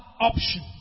option